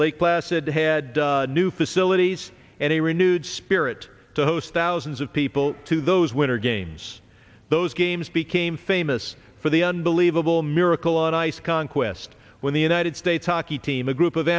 lake placid had new facilities and a renewed spirit to host thousands of people to those winter games those games became famous for the unbelievable miracle on ice conquest when the united states hockey team a group of